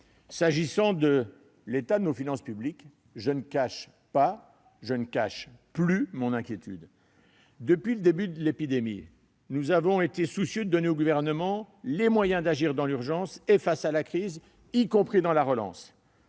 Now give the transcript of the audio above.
S'agissant de l'état de nos finances publiques, je ne cache plus mon inquiétude. Depuis le début de l'épidémie, nous avons été soucieux de donner au Gouvernement les moyens d'agir dans l'urgence face à la crise, ainsi que pour la relance.